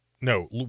No